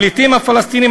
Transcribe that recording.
הפליטים הפלסטינים,